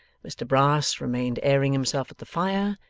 mr brass remained airing himself at the fire,